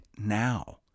now